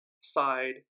side